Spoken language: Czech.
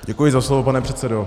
Děkuji za slovo, pane předsedo.